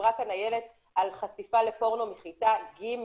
דיברה כאן איילת על חשיפה לפורנו בכיתה ג'.